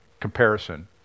Comparison